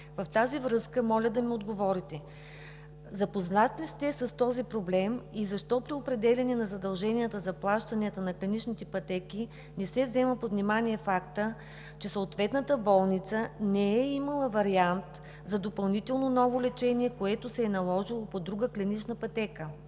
В тази връзка, моля да ми отговорите: запознат ли сте с този проблем и защо при определянето на задълженията за плащането на клиничните пътеки не се взема под внимание факта, че съответната болница не е имала вариант за допълнително ново лечение, което се е наложило по друга клинична пътека?